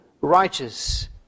righteous